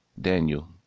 Daniel